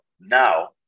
now